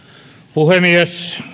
puhemies